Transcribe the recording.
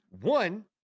One